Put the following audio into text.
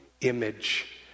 image